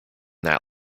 that